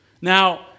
Now